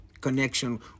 Connection